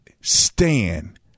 stand